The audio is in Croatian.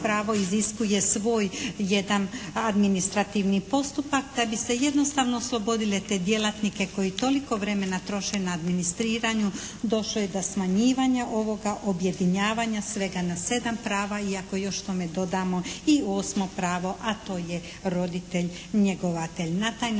pravo iziskuje svoj jedan administrativni postupak da bi se jednostavno oslobodilo te djelatnike koji toliko vremena troše na administriranju došlo je do smanjivanja ovoga objedinjavanja svega na sedam prava. I ako još k tome dodamo i osmo pravo a to je roditelj njegovatelj.